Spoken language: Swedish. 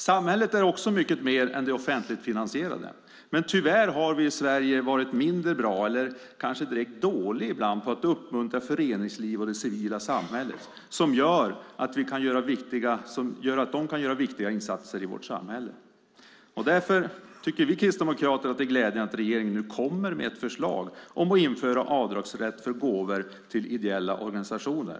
Samhället är mycket mer än det offentligfinansierade. Men tyvärr har vi i Sverige varit mindre bra eller kanske direkt dåliga ibland på att uppmuntra föreningslivet och det civila samhället, som gör viktiga insatser i vårt samhälle. Därför tycker vi kristdemokrater att det är mycket glädjande att regeringen nu kommer med ett förslag om att införa avdragsrätt för gåvor till ideella organisationer.